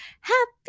Happy